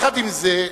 עם זאת,